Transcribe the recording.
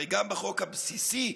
הרי גם בחוק הבסיסי,